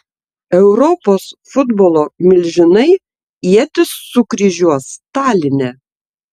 europos futbolo milžinai ietis sukryžiuos taline